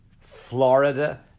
Florida